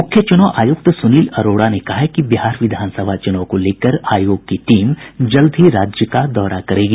मुख्य चुनाव आयुक्त सुनील अरोड़ा ने कहा है कि बिहार विधानसभा चुनाव को लेकर आयोग की टीम जल्द ही राज्य का दौरा करेगी